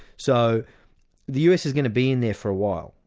so the us is going to be in there for a while,